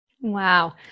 Wow